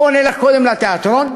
בוא נלך קודם לתיאטרון,